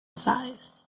size